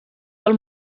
del